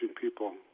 people